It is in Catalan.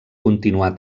continuar